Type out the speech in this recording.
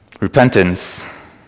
Repentance